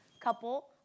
couple